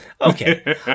Okay